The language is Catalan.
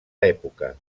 època